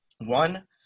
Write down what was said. one